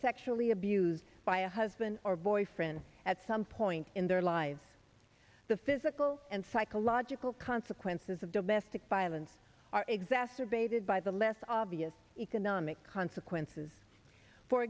sexually abused by a husband or boyfriend at some point in their lives the physical and psychological consequences of domestic violence are exacerbated by the less obvious economic consequences for